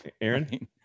Aaron